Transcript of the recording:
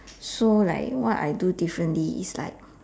so like what I do differently is like